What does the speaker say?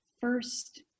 first